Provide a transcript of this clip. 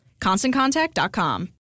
ConstantContact.com